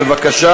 בבקשה,